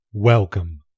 Welcome